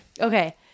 Okay